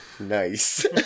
Nice